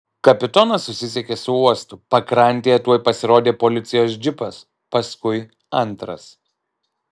kapitonas susisiekė su uostu pakrantėje tuoj pasirodė policijos džipas paskui antras